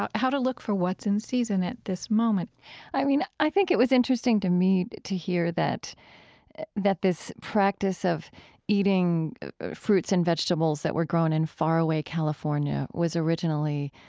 ah how to look for what's in season at this moment i mean, i think it was interesting to me to hear that that this practice of eating fruits and vegetables that were grown in faraway california was originally,